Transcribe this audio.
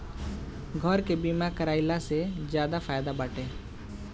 घर के बीमा कराइला से ज्यादे फायदा बाटे